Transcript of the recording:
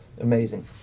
amazing